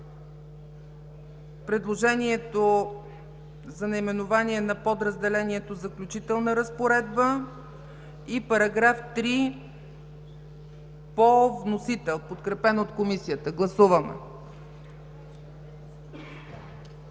предложението за наименование на подразделението: „Заключителна разпоредба” и § 3 по вносител, подкрепен от Комисията. Гласували